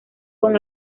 con